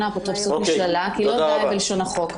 האפוטרופסות נשללה כי לא די בלשון החוק.